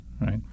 right